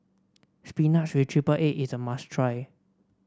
spinach with triple egg is a must try